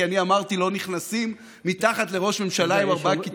כי אני אמרתי: לא נכנסים מתחת לראש ממשלה עם ארבעה כתבי אישום.